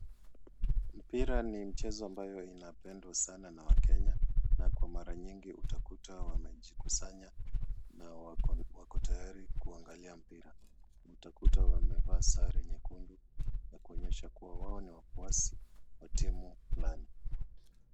Mpira ni mchezo ambayo inapendwa sana na wakenya na kwa mara nyingi utakuta wamejikusanya na wako tayari kuangalia mpira. Utakuta wamevaa sare nyekundu na kuonyesha kuwa wao ni wafuasi wa timu fulani.